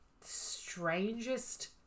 strangest